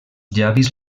llavis